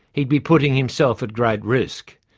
he'd be putting himself at great risk.